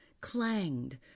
clanged